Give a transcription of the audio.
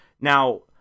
Now